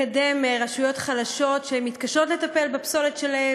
לקדם רשויות חלשות שמתקשות לטפל בפסולת שלהן